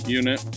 unit